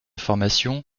formation